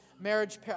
marriage